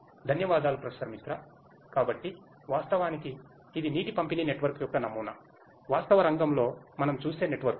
ధన్యవాదాలు ప్రొఫెసర్ మిశ్రా కాబట్టి వాస్తవానికి ఇది నీటి పంపిణీ నెట్వర్క్ యొక్క నమూనా వాస్తవ రంగంలో మనం చూసే నెట్వర్క్లు